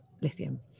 lithium